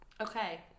okay